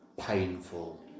painful